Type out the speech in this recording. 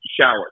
shower